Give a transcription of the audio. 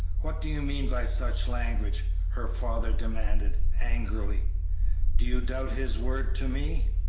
what do you mean by such language? her father demanded, angrily do you doubt his word to me?